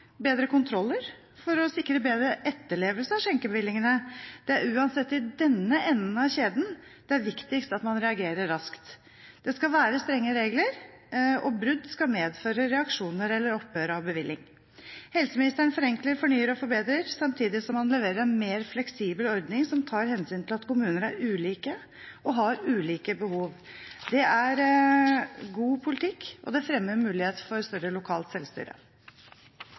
bedre kontroller for å sikre bedre etterlevelse av skjenkebevillingene. Det er uansett i denne enden av kjeden det er viktigst at man reagerer raskt. Det skal være strenge regler, og brudd skal medføre reaksjoner eller opphør av bevilling. Helseministeren forenkler, fornyer og forbedrer samtidig som han leverer en mer fleksibel ordning som tar hensyn til at kommuner er ulike og har ulike behov. Det er god politikk, og det fremmer muligheten for større lokalt selvstyre.